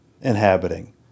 inhabiting